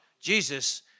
Jesus